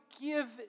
give